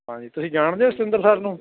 ਹਾਂ ਜੀ ਤੁਸੀਂ ਜਾਣਦੇ ਹੋ ਸਤਿੰਦਰ ਸਰ ਨੂੰ